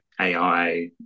AI